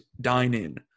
dine-in